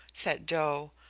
said joe.